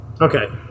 Okay